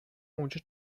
اونجا